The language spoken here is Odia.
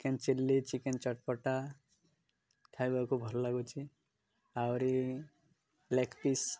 ଚିକେନ୍ ଚିଲ୍ଲି ଚିକେନ୍ ଚଟପଟା ଖାଇବାକୁ ଭଲ ଲାଗୁଛି ଆହୁରି ଲେଗ୍ ପିସ୍